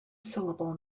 syllable